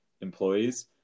employees